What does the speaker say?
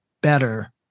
better